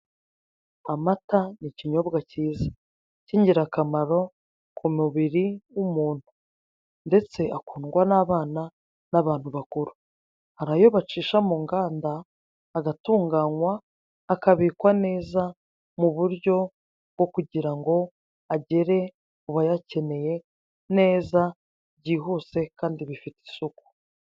Amata ni ikinyobwa cyiza kingirakamaro ku mubiri w'umuntu ndetse akundwa n'abana n'abantu bakuru, hari ayo bacisha mu nganda agatunganywa, akabikwa neza mu buryo bwo kugira ngo agere ku bayakeneye neza byihuse kandi bifite isuku.